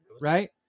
Right